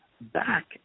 back